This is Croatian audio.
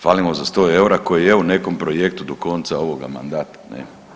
Falimo za 100 EUR-a koji je u nekom projektu do konca ovoga mandata, ne.